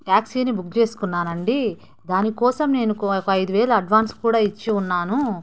ట్యాక్సీని బుక్ చేసుకున్నాను అండి దాని కోసం నేను ఒక ఐదు వేలు అడ్వాన్స్ కూడా ఇచ్చి ఉన్నాను